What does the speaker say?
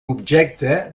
objecte